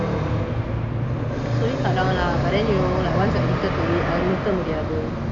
slowly cut down lah but then you like once you addicted to it அது நிறுத்த முடியாது:athu nirutha mudiyathu